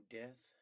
death